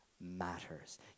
matters